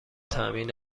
تأمین